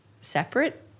separate